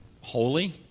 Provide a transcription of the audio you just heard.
holy